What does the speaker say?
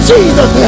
Jesus